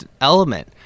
element